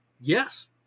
Yes